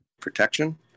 protection